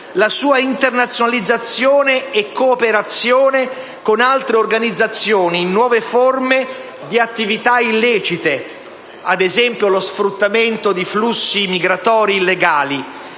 la sua internazionalizzazione e cooperazione con altre organizzazioni in nuove forme di attività illecite (ad esempio lo sfruttamento di flussi migratori illegali);